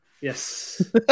Yes